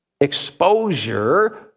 exposure